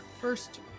First